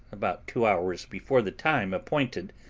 about two hours before the time appointed,